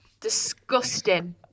disgusting